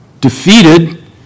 defeated